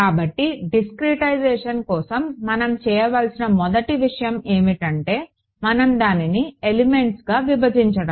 కాబట్టి డిస్క్రెటైజేషన్ కోసం మనం చేయవలసిన మొదటి విషయం ఏమిటంటే మనం దానిని ఎలిమెంట్స్గా విభజించడం